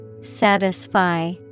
Satisfy